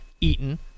Eaton